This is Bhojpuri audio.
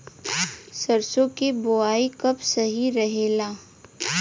सरसों क बुवाई कब सही रहेला?